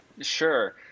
Sure